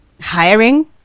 hiring